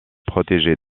protéger